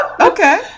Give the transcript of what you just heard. Okay